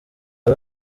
ari